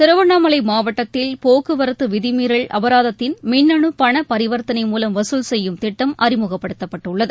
திருவண்ணமாலை மாவட்டத்தில் போக்குவரத்து விதிமீறல் அபராதத்தின் மின்னணு பண பரிவர்த்தனை மூலம் வசூல் செய்யும் திட்டம் அறிமுகப்படுத்தப்பட்டுள்ளது